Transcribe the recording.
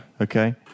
Okay